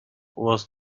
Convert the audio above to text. was